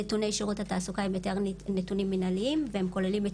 נתוני שירות התעסוקה הם יותר נתונים מנהליים והם כוללים את